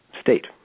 state